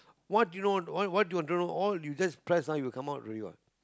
what you don't what what you want to know all you just press ah will come out already what